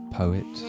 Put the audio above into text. poet